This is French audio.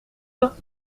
pas